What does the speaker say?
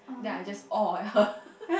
then I just oh at her